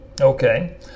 okay